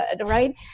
right